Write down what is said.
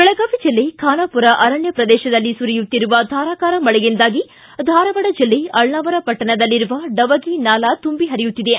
ಬೆಳಗಾವಿ ಜಿಲ್ಲೆ ಖಾನಾಪುರ ಅರಣ್ಯ ಪ್ರದೇಶದಲ್ಲಿ ಸುರಿಯುತ್ತಿರುವ ಧಾರಾಕಾರ ಮಳೆಯಿಂದಾಗಿ ಧಾರವಾಡ ಜಿಲ್ಲೆ ಅಳ್ನಾವರ ಪಟ್ಟಣದಲ್ಲಿರುವ ಡವಗಿ ನಾಲಾ ತುಂಬಿ ಪರಿಯುತ್ತಿದೆ